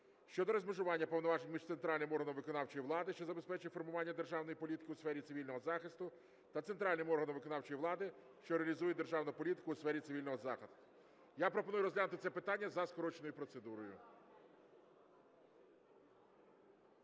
щодо розмежування повноважень між центральним органом виконавчої влади, що забезпечує формування державної політики у сфері цивільного захисту, та центральним органом виконавчої влади, що реалізує державну політику у сфері цивільного захисту. Я пропоную розглянути це питання за скороченою процедурою.